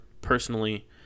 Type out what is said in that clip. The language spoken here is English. personally